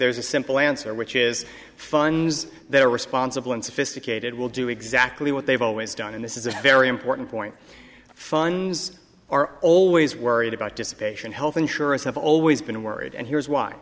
there's a simple answer which is funds that are responsible and sophisticated will do exactly what they've always done and this is a very important point funs are always worried about dissipation health insurers have always been worried and here's why